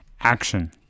action